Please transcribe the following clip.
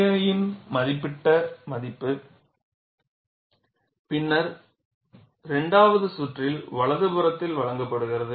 KI இன் மதிப்பிடப்பட்ட மதிப்பு பின்னர் 2 வது சுற்றில் வலது புறத்தில் வழங்கப்படுகிறது